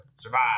Survive